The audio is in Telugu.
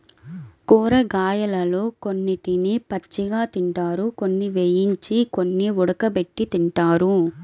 కూరగాయలలో కొన్నిటిని పచ్చిగా తింటారు, కొన్ని వేయించి, కొన్ని ఉడకబెట్టి తింటారు